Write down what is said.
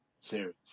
serious